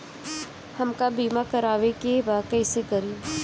हमका बीमा करावे के बा कईसे करी?